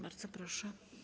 Bardzo proszę.